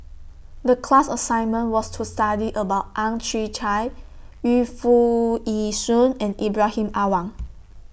The class assignment was to study about Ang Chwee Chai Yu Foo Yee Shoon and Ibrahim Awang